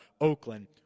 Oakland